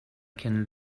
can